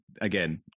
again